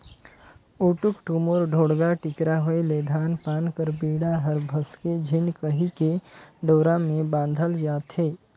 उटुक टुमुर, ढोड़गा टिकरा होए ले धान पान कर बीड़ा हर भसके झिन कहिके डोरा मे बाधल जाथे